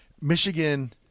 Michigan –